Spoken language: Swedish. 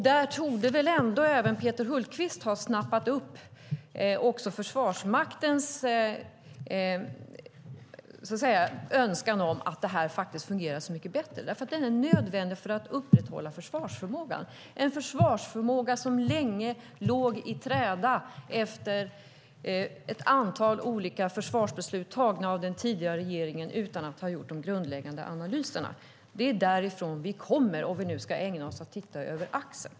Där torde väl ändå även Peter Hultqvist ha snappat upp också Försvarsmaktens önskan om att detta faktiskt fungerar så mycket bättre eftersom personalförsörjningen är nödvändig för att upprätthålla försvarsförmågan, en försvarsförmåga som länge låg i träda efter ett antal olika försvarsbeslut tagna av den tidigare regeringen utan att man hade gjort de grundläggande analyserna. Det är därifrån vi kommer, om vi nu ska ägna oss åt att titta över axeln.